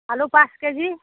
আলু পাঁচ কেজি